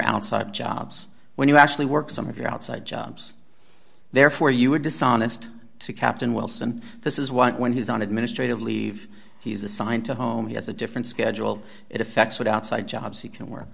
outside jobs when you actually work some of your outside jobs therefore you were dishonest to captain wilson this is why when he's on administrative leave he's assigned to home he has a different schedule it affects what outside jobs he can work